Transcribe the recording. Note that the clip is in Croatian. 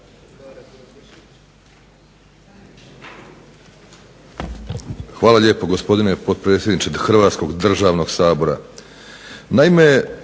Hvala lijepo gospodine potpredsjedniče Hrvatskog državnog sabora.